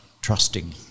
trusting